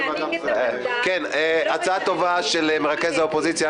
הוא רוצה להעניק את המנדט --- הצעה טובה של מרכז האופוזיציה,